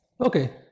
Okay